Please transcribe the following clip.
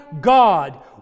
God